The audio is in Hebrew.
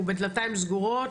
הוא בדלתיים סגורות,